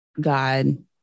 God